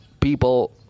people